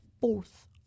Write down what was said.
fourth